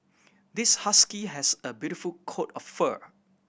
this husky has a beautiful coat of fur